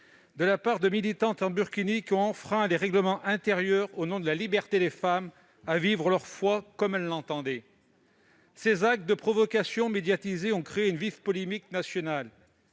de la part de militantes en burkini qui ont enfreint les règlements intérieurs des piscines au nom de la liberté des femmes à vivre leur foi comme elles l'entendaient. Ces actes de provocation médiatisés ont créé une vive polémique nationale.